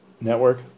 network